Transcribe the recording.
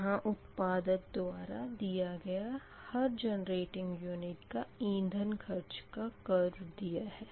यहाँ उत्पादक द्वारा दिया गया हर जेनेरेटिंग यूनिट के इंधन खर्च के कर्व दिए है